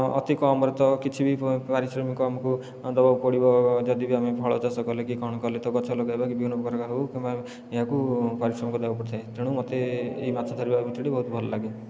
ଅତି କମରେ ତ କିଛି ବି ପାରିଶ୍ରମିକ ଆମକୁ ଦେବାକୁ ପଡ଼ିବ ଯଦି ବି ଆମେ ଫଳ ଚାଷ କଲେ କି କ'ଣ କଲେ ତ ଗଛ ଲଗେଇବା ବିଭିନ୍ନ ପ୍ରକାର ହେଉ କିମ୍ବା ଏହାକୁ ପାରିଶ୍ରମିକ ଦେବାକୁ ପଡ଼ିଥାଏ ତେଣୁ ମୋତେ ଏଇ ମାଛ ଧରିବା ବୃତ୍ତିଟି ବହୁତ ଭଲଲାଗେ